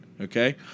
Okay